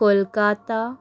Kolkata